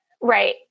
Right